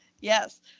Yes